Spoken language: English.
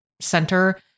center